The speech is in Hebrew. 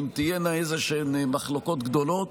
אם תהיינה איזשהן מחלוקות גדולות.